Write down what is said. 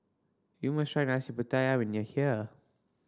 you must try Nasi Pattaya when you are here